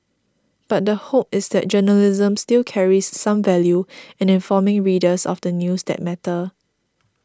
but the hope is that journalism still carries some value in informing readers of the news that matter